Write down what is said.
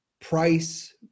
price